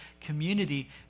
community